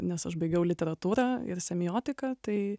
nes aš baigiau literatūrą ir semiotiką tai